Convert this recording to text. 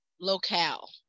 locale